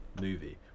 movie